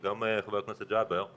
וגם חבר הכנסת ג'אבר,